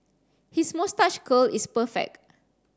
his moustache curl is perfect